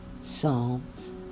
Psalms